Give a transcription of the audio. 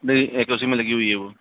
नहीं है की उसी में लगी हुई है वो